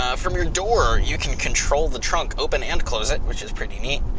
ah from your door you can control the trunk, open and close it which is pretty neat.